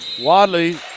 Wadley